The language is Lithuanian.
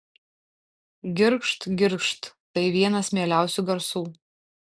girgžt girgžt tai vienas mieliausių garsų